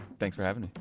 thanks for having me.